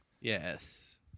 Yes